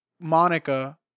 Monica